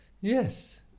Yes